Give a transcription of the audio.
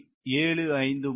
75 - 0